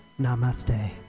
Namaste